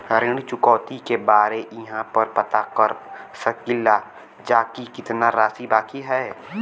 ऋण चुकौती के बारे इहाँ पर पता कर सकीला जा कि कितना राशि बाकी हैं?